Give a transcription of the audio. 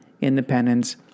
independence